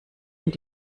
und